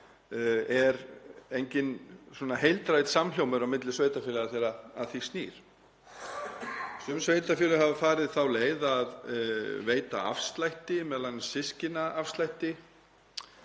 er enginn heildrænn samhljómur á milli sveitarfélaga þegar að því kemur. Sum sveitarfélög hafa farið þá leið að veita afslætti, m.a. systkinaafslætti